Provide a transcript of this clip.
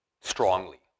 strongly